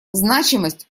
значимость